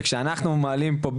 וכשאנחנו מעלים פה,